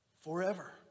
forever